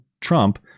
Trump